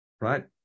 right